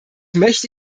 möchte